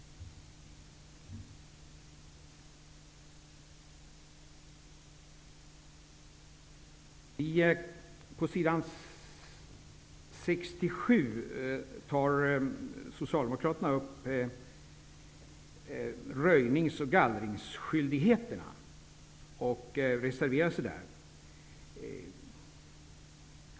På s. 67 tar Socialdemokraterna upp skyldigheten att röja och gallra och reserverar sig där.